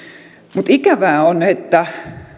mutta ikävää on että